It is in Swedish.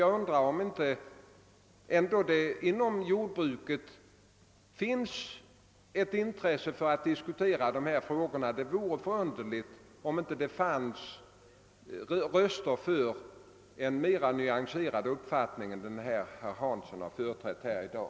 Jag undrar om det ändå inte inom jordbruket finns ett intresse att diskutera dessa frågor, och det vore underligt om det inte också där finns mera nyanserade uppfattningar än den som herr Hansson i Skegrie företrätt här i dag.